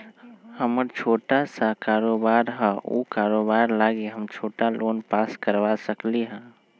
हमर छोटा सा कारोबार है उ कारोबार लागी हम छोटा लोन पास करवा सकली ह?